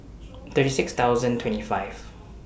thirty six thousand twenty five